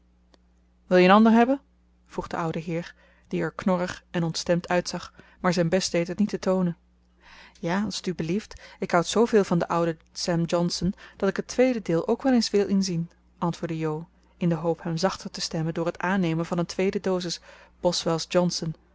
wil je een ander hebben vroeg de oude heer die er knorrig en ontstemd uitzag maar zijn best deed het niet te toonen ja als t u belieft ik houd zooveel van den ouden sam johnson dat ik het tweede deel ook wel eens wil inzien antwoordde jo in de hoop hem zachter te stemmen door het aannemen van een tweede dosis boswell's johnson